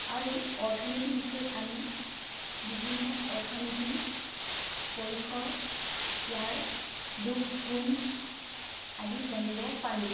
আৰু অৰ্থনীতি বিষয়ত আমি বিভিন্ন অৰ্থনীতিৰ পৰিসৰ ইয়াৰ দোষ গুণ আদি জানিব পাৰোঁ